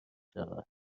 شود